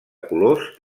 colors